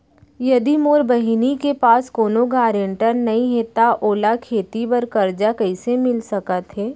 यदि मोर बहिनी के पास कोनो गरेंटेटर नई हे त ओला खेती बर कर्जा कईसे मिल सकत हे?